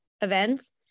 events